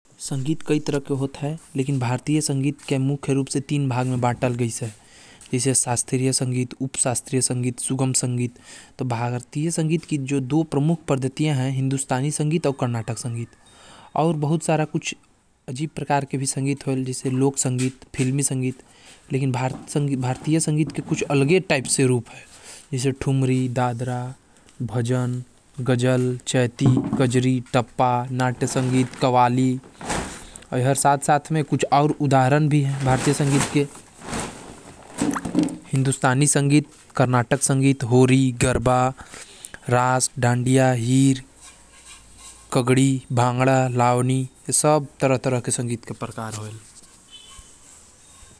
भारत में कई तरह के संगीत होथे मुख्यतः लोग मन लोक गीत अउ फ़िल्मी संगीत ला जानथे संगीत तीन तरह ले प्रचलित रूप में बटल है शास्त्रीय, उप शास्त्रीय, कर्नाटक संगीत अउ भी कई तरह के लोक संगीत भारतीय संगीत में आथे।